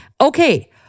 Okay